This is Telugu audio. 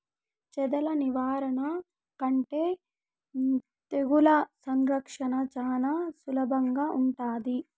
చెదల నివారణ కంటే తెగుళ్ల సంరక్షణ చానా సులభంగా ఉంటాది